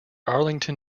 arlington